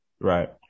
Right